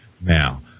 Now